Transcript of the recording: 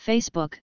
Facebook